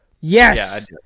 Yes